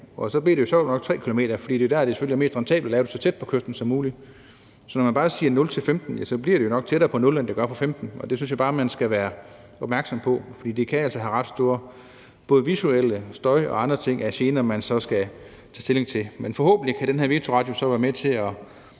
og så blev det jo sjovt nok 3 km, for det er der, det selvfølgelig er mest rentabelt at lave det, så tæt på kysten som muligt. Så når man bare siger 0-15 km, bliver det jo nok tættere på 0 km, end det gør på 15 km, og det synes jeg bare man skal være opmærksom på, for det kan altså have ret store både visuelle og støjmæssige og andre gener, man så skal tage stilling til. Men forhåbentlig kan den her vetoret jo så være med til at